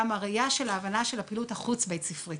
הראייה וההבנה של הפעילות החוץ-בית ספרית,